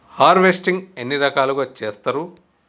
Harvesting ఎన్ని రకాలుగా చేస్తరు?